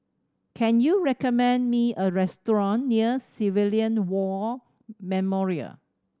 can you recommend me a restaurant near Civilian War Memorial